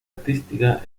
artística